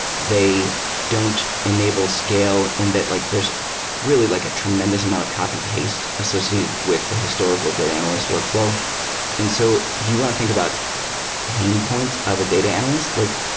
they don't enable scale and that like there's really like a tremendous amount of copy-paste associated with historical data analyst workfl ow. and so if you want to think about pain points of a data analyst, like